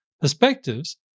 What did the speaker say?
perspectives